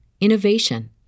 innovation